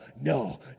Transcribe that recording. no